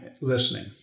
listening